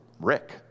Rick